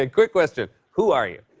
ah quick question who are you?